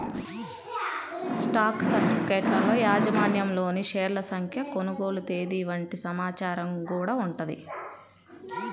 stock సర్టిఫికెట్లలో యాజమాన్యంలోని షేర్ల సంఖ్య, కొనుగోలు తేదీ వంటి సమాచారం గూడా ఉంటది